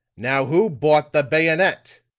now, who bought the bayonet?